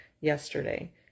yesterday